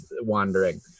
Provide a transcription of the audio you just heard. wandering